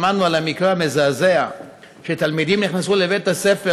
שמענו על המקרה המזעזע שתלמידים נכנסו לבית הספר